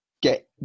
get